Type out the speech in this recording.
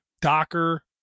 Docker